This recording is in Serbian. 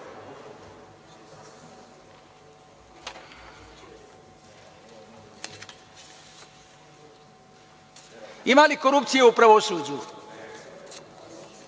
li korupcije u pravosuđu?